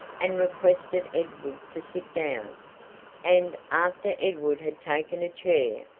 and requested edward to sit down and, after edward had taken a chair,